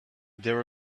there